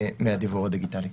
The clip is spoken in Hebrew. מהדיוור הדיגיטלי.